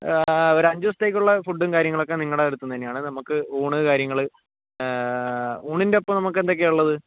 ഒരു അഞ്ച് ദിവസത്തേക്കുള്ള ഫുഡും കാര്യങ്ങളും ഒക്കെ നിങ്ങളുടെ അടുത്തെന്ന് തന്നെയാണ് നമുക്ക് ഊണ് കാര്യങ്ങൾ ഊണിൻ്റെ ഒപ്പം നമുക്ക് എന്തൊക്കെയാണ് ഉള്ളത്